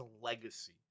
legacy